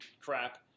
crap